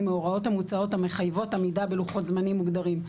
מהוראות המוצעות המחייבות עמידה בלוחות זמנים מוגדרים.